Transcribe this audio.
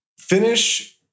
finish